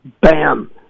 bam